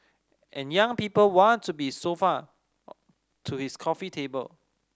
and young people want to be sofa to his coffee table